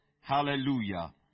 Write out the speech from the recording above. Hallelujah